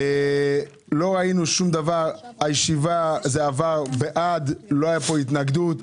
ראינו שזה עבר ולא הייתה התנגדות,